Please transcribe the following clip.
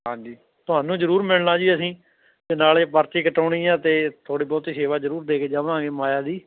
ਹਾਂਜੀ ਤੁਹਾਨੂੰ ਜ਼ਰੂਰ ਮਿਲਣਾ ਜੀ ਅਸੀਂ ਅਤੇ ਨਾਲੇ ਪਰਚੀ ਕਟਾਉਣੀ ਆ ਅਤੇ ਥੋੜ੍ਹੀ ਬਹੁਤੀ ਸੇਵਾ ਜ਼ਰੂਰ ਦੇ ਕੇ ਜਾਵਾਂਗੇ ਮਾਇਆ ਜੀ